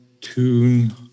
tune